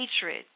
hatred